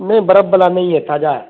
نہیں برف بالا نہیں ہے تازہ ہے